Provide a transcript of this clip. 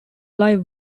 live